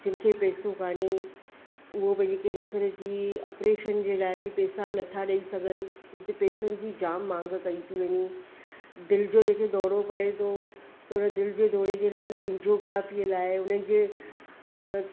जिन खे पैसो कोन्हे उहो पंहिंजे कैंसर जी ऑपरेशन जे लाइ बि पैसा नथा ॾेई सघनि हुते पैसनि जी जाम मांग कई थी वञे दिलि जो जेके दौरो पए थो त हुन दिलि जे दौरे जे लाइ बि एंजियोग्राफीअ लाइ हुन जे